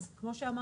אז כמו שאמרתי,